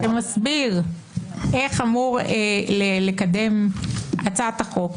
שמסביר איך אמורים לקדם את הצעת החוק,